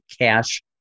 cash